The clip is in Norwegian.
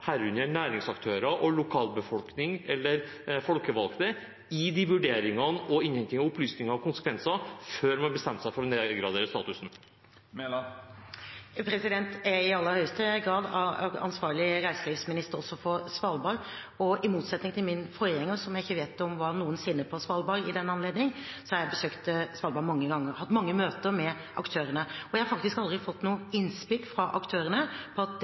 herunder næringsaktører og lokalbefolkning eller folkevalgte – i de vurderingene og innhentingen av opplysninger og konsekvenser før man bestemte seg for å nedgradere statusen? Jeg er i aller høyeste grad ansvarlig reiselivsminister også for Svalbard. I motsetning til min forgjenger, som jeg ikke vet om noensinne var på Svalbard i den anledning, har jeg besøkt Svalbard mange ganger. Jeg har hatt mange møter med aktørene. Jeg har faktisk aldri fått noen innspill fra aktørene om at det har kommet reaksjoner på det vedtaket regjeringen gjorde. Det